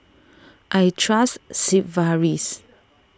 I trust Sigvaris